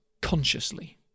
consciously